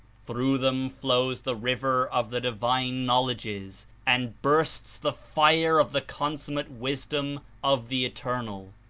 through them flows the river of the divine knowledges and bursts the fire of the consummate wisdom of the eternal.